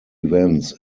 events